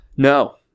No